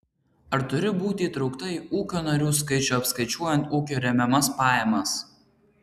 ar turiu būti įtraukta į ūkio narių skaičių apskaičiuojant ūkio remiamas pajamas